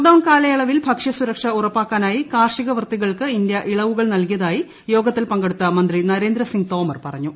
lockdown കാലുയിളൂവിൽ ഭക്ഷ്യസുരക്ഷ ഉറപ്പാക്കാനായി കാർഷിക വൃത്തികൃൾക്ക് India ഇളവുകൾ നൽകിയതായി യോഗത്തിൽ പ്പങ്കെടുത്ത മന്ത്രി നരേന്ദ്രസിങ് തോമർ പറഞ്ഞു